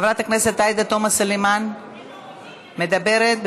חברת עאידה תומא סלימאן, מדברת.